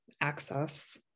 access